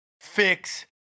fix